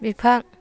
बिफां